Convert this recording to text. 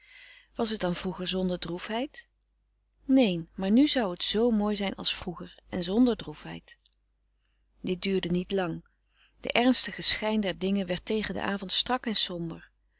was het dan vroeger zonder droefheid neen maar nu zou het zoo mooi zijn als vroeger en zonder droefheid dit duurde niet lang de ernstige schijn der dingen werd tegen den avond strak en somber